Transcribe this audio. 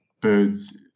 birds